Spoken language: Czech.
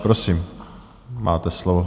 Prosím, máte slovo.